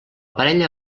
parella